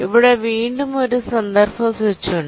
ഇവിടെ വീണ്ടും ഒരു കോണ്ടെസ്റ് സ്വിച്ച് ഉണ്ട്